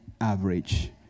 average